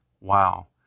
Wow